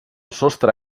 sostre